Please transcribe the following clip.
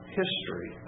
history